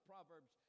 Proverbs